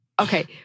Okay